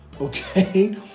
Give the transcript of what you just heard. okay